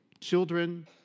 Children